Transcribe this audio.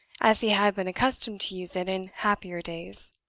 as he had been accustomed to use it in happier days.